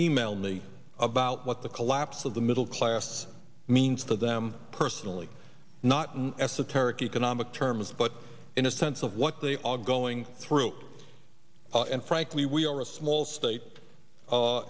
email me about what the collapse of the middle class means to them personally not an esoteric economic terms but in a sense of what they are going through and frankly we are a small state